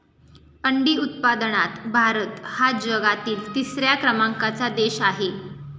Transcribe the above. अंडी उत्पादनात भारत हा जगातील तिसऱ्या क्रमांकाचा देश आहे